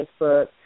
Facebook